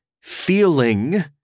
feeling